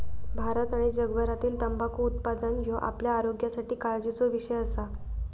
भारत आणि जगभरातील तंबाखू उत्पादन ह्यो आपल्या आरोग्यासाठी काळजीचो विषय असा